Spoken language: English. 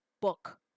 book